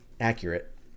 accurate